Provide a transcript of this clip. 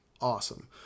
awesome